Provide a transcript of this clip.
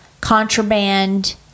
Contraband